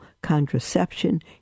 contraception